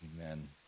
Amen